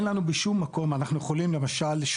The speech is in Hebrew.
למשל,